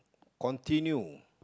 continue